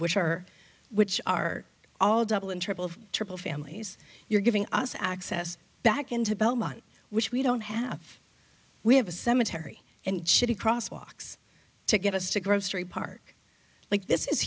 which are which are all double and triple triple families you're giving us access back into belmont which we don't have we have a cemetery and she crosswalks to get us to grocery park like this is